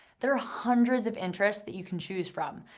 there are hundreds of interests that you can choose from.